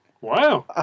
Wow